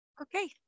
Okay